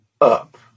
up